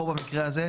פה במקרה הזה,